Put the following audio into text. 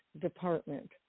department